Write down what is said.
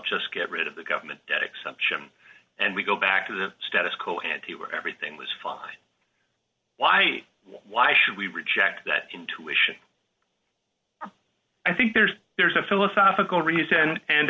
just get rid of the government that exception and we go back to the status quo ante where everything was fine why why should we reject that intuition i think there's there's a philosophical reason and